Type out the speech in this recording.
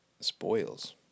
Spoils